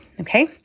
Okay